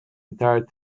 entire